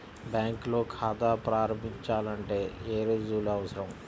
బ్యాంకులో ఖాతా ప్రారంభించాలంటే ఏ రుజువులు అవసరం?